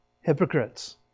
hypocrites